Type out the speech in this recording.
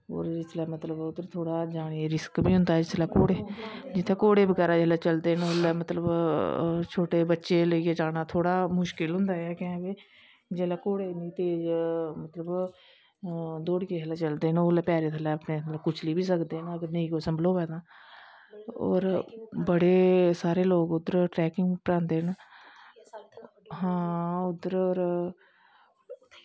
और इसलै उद्धर जानें गी मतलव थोह्ड़ा रिस्क ही होंदा इसलै घोड़े जित्थें घोड़े बगैरा चलदे हे छोटे बच्चें गी लेइयै दौड़ियै चलदे न उसलै जाना थोह्ड़ा मुश्कल होंदा ऐ कैं के जिसलै घोड़े इन्नें तेज़ चलदा न तां कुचली बी सकदे न जे नेई संभलोऐ तां और बड़े सारे लोग उध्दर ट्रैकिंग पर आंदे न हां उद्धर होर